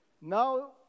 Now